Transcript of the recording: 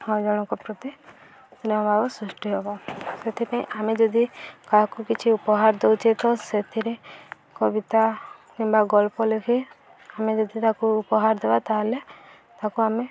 ହ ଜଣଙ୍କ ପ୍ରତି ଭାବ ସୃଷ୍ଟି ହେବ ସେଥିପାଇଁ ଆମେ ଯଦି କାହାକୁ କିଛି ଉପହାର ଦଉଛେ ତ ସେଥିରେ କବିତା କିମ୍ବା ଗଳ୍ପ ଲେଖି ଆମେ ଯଦି ତାକୁ ଉପହାର ଦେବା ତାହେଲେ ତାକୁ ଆମେ